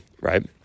Right